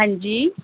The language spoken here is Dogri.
हां जी